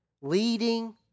leading